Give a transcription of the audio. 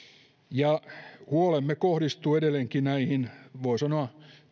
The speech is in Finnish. lävitse huolemme kohdistuu edelleenkin näihin voi sanoa